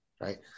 right